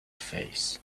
face